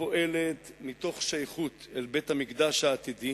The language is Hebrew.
הפועלת מתוך שייכות אל בית-המקדש העתידי,